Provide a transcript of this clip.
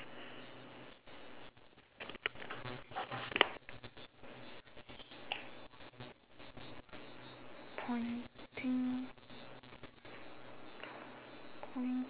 pointing poin~